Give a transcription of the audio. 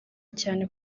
cyane